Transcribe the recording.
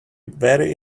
very